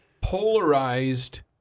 polarized